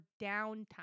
downtime